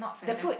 the food